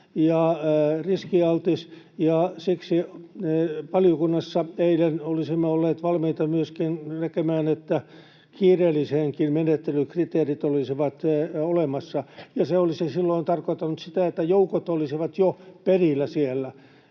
ja riskialtis, ja siksi valiokunnassa eilen olisimme olleet valmiita myöskin näkemään, että kiireellisenkin menettelyn kriteerit olisivat olemassa. Ja se olisi silloin tarkoittanut sitä, että joukot olisivat jo perillä siellä.